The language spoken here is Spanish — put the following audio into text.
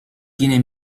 tiene